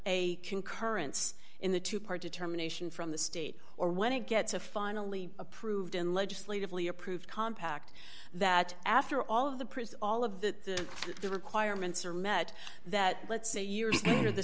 a concurrence in the two part determination from the state or when it gets a finally approved in legislatively approved compact that after all of the prisoners all of that the requirements are met that let's say years